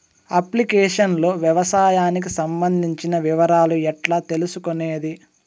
Application లో వ్యవసాయానికి సంబంధించిన వివరాలు ఎట్లా తెలుసుకొనేది?